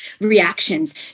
reactions